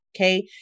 okay